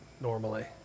normally